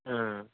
ఆ